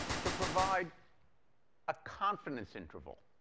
to provide a confidence interval.